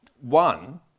one